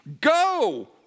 go